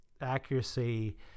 accuracy